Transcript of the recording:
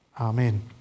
Amen